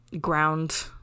ground